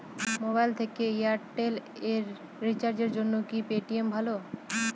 Mobile থেকে এয়ারটেল এ রিচার্জের জন্য কি পেটিএম ভালো?